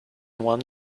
one